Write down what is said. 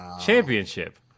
Championship